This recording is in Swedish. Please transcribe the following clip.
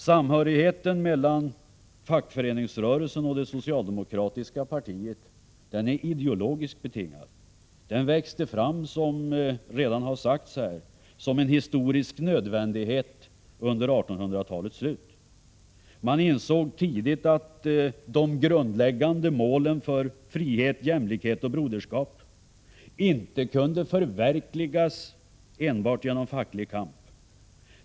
Samhörigheten mellan fackföreningsrörelsen och det socialdemokratiska partiet är ideologiskt betingad. Den växte fram, som redan sagts här, som en historisk nödvändighet i slutet av 1800-talet. Man insåg tidigt att de grundläggande målen för frihet, jämlikhet och broderskap inte kunde förverkligas enbart genom facklig kamp.